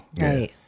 Right